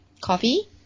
coffee